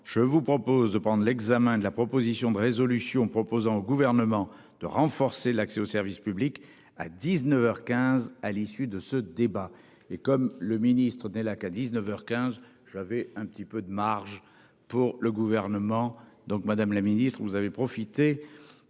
Je vous propose de prendre l'examen de la proposition de résolution proposant au gouvernement de renforcer l'accès au service public. À 19h 15 à l'issue de ce débat et comme le Ministre des la à 19h 15 j'avais un petit peu de marge pour le gouvernement, donc Madame la Ministre vous avez profité